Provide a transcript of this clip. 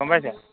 গম পাইছে